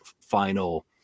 final